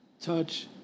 touch